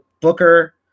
Booker